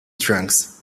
trunks